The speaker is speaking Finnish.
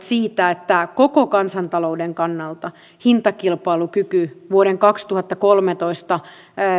siitä että koko kansantalouden kannalta hintakilpailukyky vuoden kaksituhattakolmetoista